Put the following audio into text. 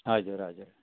हजुर हजुर